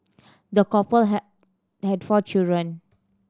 the couple had had four children